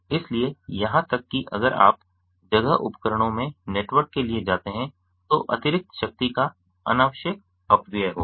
इसलिए यहां तक कि अगर आप जगह उपकरणों में नेटवर्क के लिए जाते हैं तो अतिरिक्त शक्ति का अनावश्यक अपव्यय होगा